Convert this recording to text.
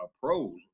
pros